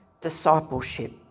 discipleship